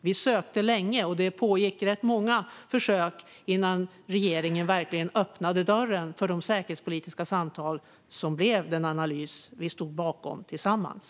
Vi försökte länge, och det var rätt många försök innan regeringen verkligen öppnade dörren för de säkerhetspolitiska samtal som blev den analys som vi stod bakom tillsammans.